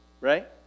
right